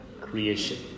creation